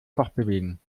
fortbewegen